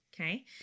Okay